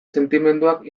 sentimenduak